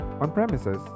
On-premises